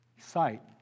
sight